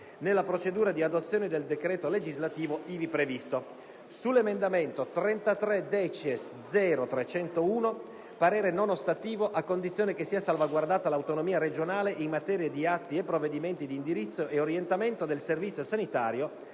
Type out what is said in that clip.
nella procedura di adozione del decreto legislativo ivi previsto; - sull'emendamento 33-*decies*.0.30l parere non ostativo, a condizione che sia salvaguardata l'autonomia regionale in materia di atti e provvedimenti di indirizzo e orientamento del Servizio sanitario